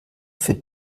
für